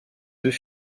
deux